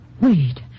Wait